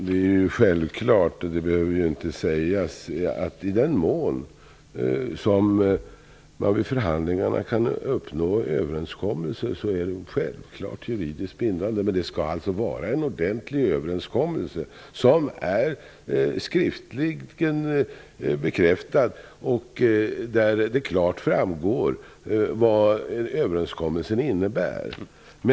Fru talman! Det är självklart -- och det behöver ju inte ens sägas -- att i den mån som man vid förhandlingarna kan uppnå överenskommelser är dessa juridiskt bindande. Men det skall alltså vara fråga om en ordentlig överenskommelse, som är skriftligen bekräftad och där det klart framgår vad överenskommelsen innebär.